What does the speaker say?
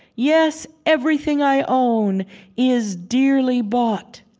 yes, everything i own is dearly bought,